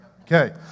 Okay